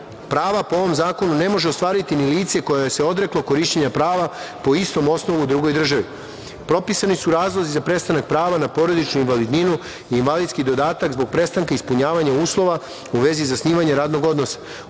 prava po ovom zakonu ne može ostvariti ni lice koje se odreklo korišćenja prava po istom osnovu u drugoj državi. Propisani su razlozi za prestanak prava na porodičnu invalidninu i invalidski dodatak zbog prestanka ispunjavanja uslova u vezi zasnivanja radnog odnosa,